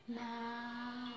now